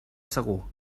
segur